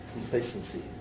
Complacency